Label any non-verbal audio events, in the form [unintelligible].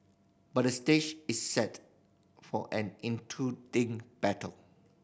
but the stage is set for an [unintelligible] battle